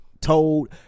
told